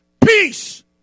Peace